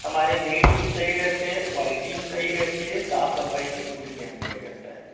हमारे रेट भी सही रहते हैं क्वालिटी भी सही रहती है साफ सफाई की पूरी ध्यान दिया जाता है